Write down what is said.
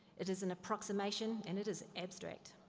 it is an approximation and it is abstract.